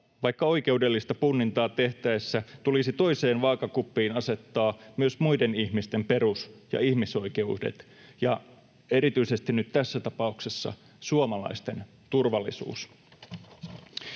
vaikka oikeudellista punnintaa tehtäessä tulisi toiseen vaakakuppiin asettaa myös muiden ihmisten perus- ja ihmisoikeudet, ja erityisesti nyt tässä tapauksessa suomalaisten turvallisuus.